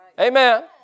Amen